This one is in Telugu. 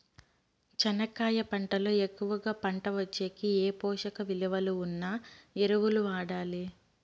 చెనక్కాయ పంట లో ఎక్కువగా పంట వచ్చేకి ఏ పోషక విలువలు ఉన్న ఎరువులు వాడాలి?